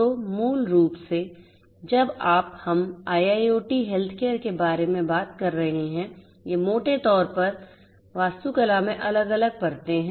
तो मूल रूप से जब आप हम IIoT हेल्थकेयर के बारे में बात कर रहे हैं ये मोटे तौर पर वास्तुकला में अलग अलग परतें हैं